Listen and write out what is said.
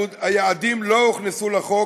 היעדים לא הוכנסו לחוק,